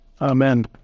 Amen